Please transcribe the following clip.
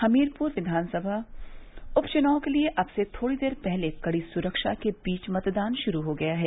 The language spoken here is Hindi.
हमीरपुर क्विानसभा उप चुनाव के लिए अब से थोड़ी देर पहले कड़ी सुरक्षा के बीच मतदान शुरू हो गया है